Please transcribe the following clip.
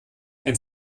ein